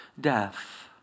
death